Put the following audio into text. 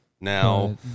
Now